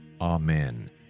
Amen